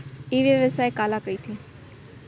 ई व्यवसाय काला कहिथे?